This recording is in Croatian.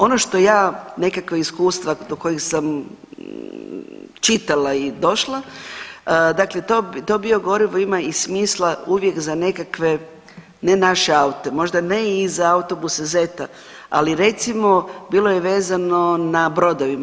Ono što ja nekakva iskustva do kojih sam čitala i došla, dakle to biogorivo ima i smisla uvijek za nekakve, ne naše aute, možda ne i za autobuse ZET-a, ali recimo, bilo je vezano na brodovima.